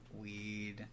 weed